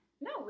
No